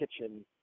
kitchen